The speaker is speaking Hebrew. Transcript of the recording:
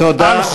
תודה רבה.